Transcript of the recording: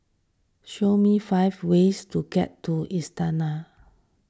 show me five ways to get to Astana